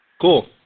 Cool